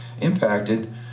impacted